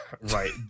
Right